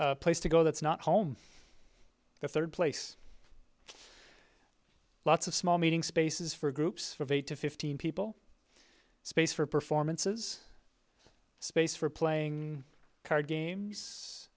a place to go that's not home the third place lots of small meeting spaces for groups of eight to fifteen people space for performances space for playing card games